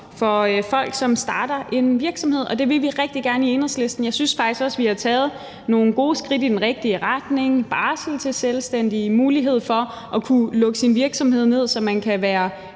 for folk, som starter en virksomhed, og det vil vi i Enhedslisten rigtig gerne. Jeg synes faktisk også, vi har taget nogle gode skridt i den rigtige retning, altså barsel til selvstændige og en mulighed for at kunne lukke sin virksomhed ned, så man kan være